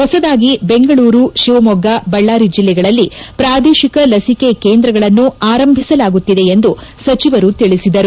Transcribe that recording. ಹೊಸದಾಗಿ ಬೆಂಗಳೂರು ತಿವಮೊಗ್ಗ ಬಳ್ಕಾರಿ ಜಿಲ್ಲೆಗಳಲ್ಲಿ ಪ್ರಾದೇತಿಕ ಲಸಿಕೆ ಕೇಂದ್ರಗಳನ್ನು ಆರಂಭಿಸಲಾಗುತ್ತಿದೆ ಎಂದು ಸಚಿವರು ತಿಳಿಸಿದರು